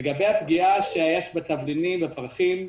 לגבי הפגיעה שיש בתבלינים, בפרחים,